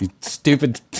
Stupid